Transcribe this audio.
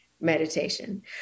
meditation